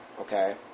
Okay